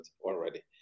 already